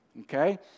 Okay